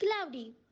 cloudy